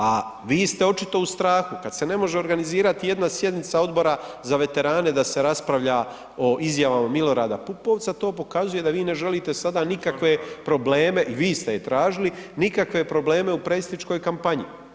A vi ste očito u strahu kad se ne može organizirati jedna sjednica Odbora za veterane da se raspravlja o izjavama Milorada Pupovca, to pokazuje da vi ne želite sada nikakve probleme i vi ste je tražili, nikakve probleme u predsjedničkoj kampanji.